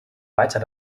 weiter